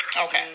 Okay